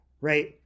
right